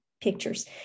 pictures